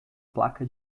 placa